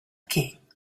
king